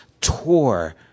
tore